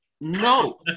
No